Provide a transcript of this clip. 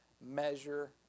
measure